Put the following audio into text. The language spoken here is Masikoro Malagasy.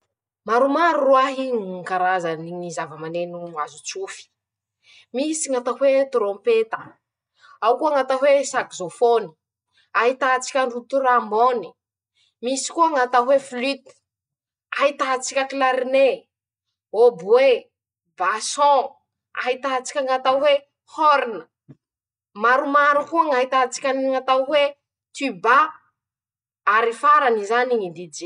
Maromaro roahy ñy karazany ñy zava-maneno azo tsofy: -Misy ñ'atao hoe trôpeta, ao koa ñ'atao hoe sajofone, ahitatsika an ro torambony, misy koa ñ'atao hoe foliky ahitatsika klarine, ôboe, basôo, ahitatsika ñ'atao hoe hôrina, maromaro koa ñ'ahitatsika ny ñ'atao hoe tiba ary farany zany ñy dijeridy ino